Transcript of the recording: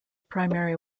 primary